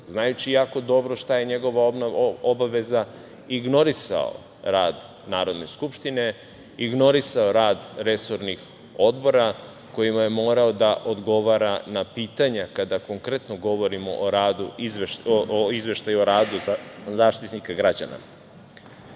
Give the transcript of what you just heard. znajući jako dobro šta je njegova obaveza ignorisao rad Narodne skupštine, ignorisao rad resornih odbora, kojima je morao da odgovara na pitanja kada konkretno govorimo o izveštaju o radu Zaštitnika građana. Izgleda